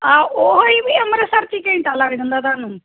ਹਾਂ ਓਹੀ ਵੀ ਅੰਮ੍ਰਿਤਸਰ 'ਚ ਹੀ ਘੰਟਾ ਲੱਗ ਜਾਂਦਾ ਤੁਹਾਨੂੰ